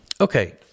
Okay